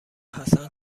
حسن